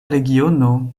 regiono